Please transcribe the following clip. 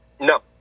No